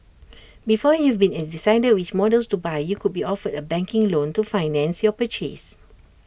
before you've even decided which models to buy you could be offered A banking loan to finance your purchase